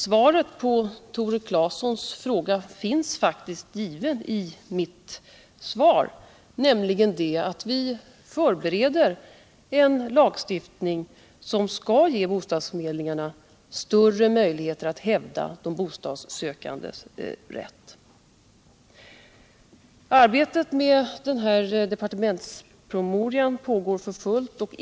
Svaret på Tore Claesons fråga finns faktiskt givet i mitt svar, nämligen det att vi förbereder en lagstiftning som skall ge bostadsförmedlingarna bättre möjligheter att hävda de bostadssökandes rätt. Arbetet med departementspromemorian pågår för fullt.